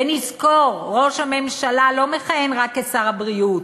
ונזכור, ראש הממשלה לא מכהן רק כשר הבריאות.